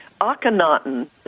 Akhenaten